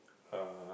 uh